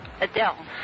Adele